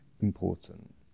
important